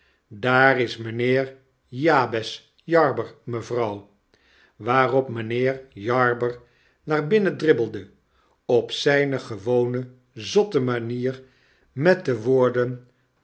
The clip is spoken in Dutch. daar is mijnheer jabez jarber mevrouw waarop mynheer jarber naar binnen dribbelde op zijne gewone zotte manier met de woorden